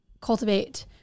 Cultivate